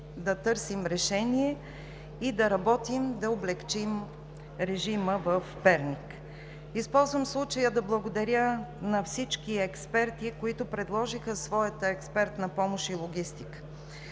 да търсим решение и да работим, за да облекчим режима в Перник. Използвам случая да благодаря на всички експерти, които предложиха своята експертна помощ и логистика.